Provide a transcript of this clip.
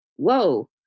Whoa